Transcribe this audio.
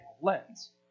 lens